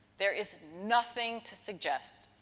there is nothing to suggest,